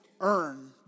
earn